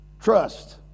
trust